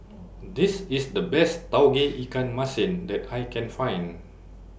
This IS The Best Tauge Ikan Masin that I Can Find